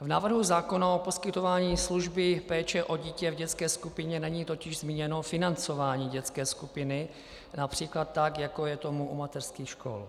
V návrhu zákona o poskytování služby péče o dítě v dětské skupině není totiž zmíněno financování dětské skupiny např. tak, jako je tomu u mateřských škol.